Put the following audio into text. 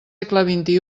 xxi